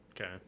Okay